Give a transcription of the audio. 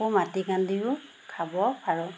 আকৌ মাটিকান্দুৰীও খাব পাৰোঁ